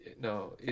no